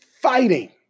fighting